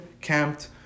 camped